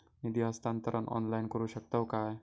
निधी हस्तांतरण ऑनलाइन करू शकतव काय?